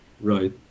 Right